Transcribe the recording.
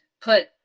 put